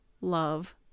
love